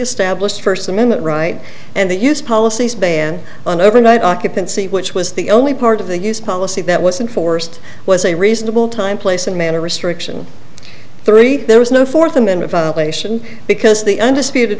established first amendment right and the use policy's ban on overnight occupancy which was the only part of the use policy that wasn't forced was a reasonable time place and manner restriction three there was no fourth amendment violation because the undisputed